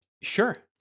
Sure